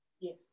Yes